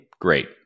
great